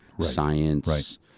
science